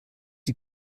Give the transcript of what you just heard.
die